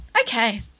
okay